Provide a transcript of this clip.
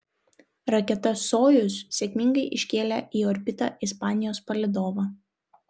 raketa sojuz sėkmingai iškėlė į orbitą ispanijos palydovą